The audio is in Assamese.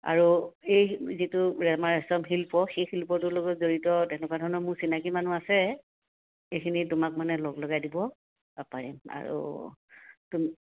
আৰু এই যিটো আমাৰ ৰেচম শিল্প সেই শিল্পটো লগত জড়িত তেনেকুৱা ধৰণৰ মোৰ চিনাকি মানুহ আছে সেইখিনি তোমাক মানে লগ লগাই দিব পাৰিম আৰু তুমি